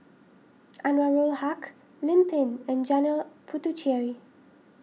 Anwarul Haque Lim Pin and Janil Puthucheary